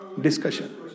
discussion